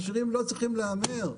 עשירים לא צריכים להמר.